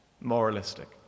Moralistic